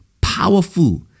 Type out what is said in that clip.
powerful